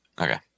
Okay